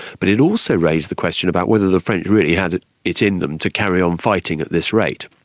but it also raised the question about whether the french really had it it in them to carry on fighting at this rate.